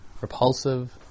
repulsive